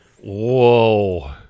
Whoa